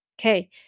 Okay